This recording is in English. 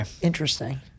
interesting